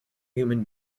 human